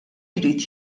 jrid